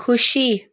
खुसी